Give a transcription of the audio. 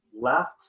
left